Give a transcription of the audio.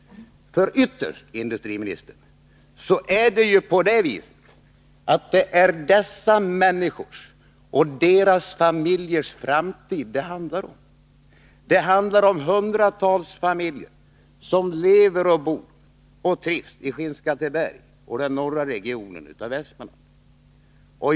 För ytterst, industriministern, är det ju så att det är dessa människors och deras familjers framtid det handlar om. Det handlar om hundratals familjer, som lever, bor och trivs i Skinnskatteberg och den norra regionen av Västmanland.